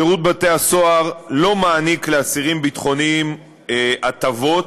שירות בתי-הסוהר לא מעניק לאסירים ביטחוניים הטבות,